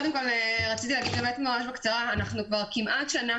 אנחנו כמעט שנה,